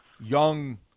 young